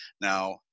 now